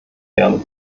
werden